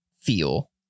feel